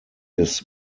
des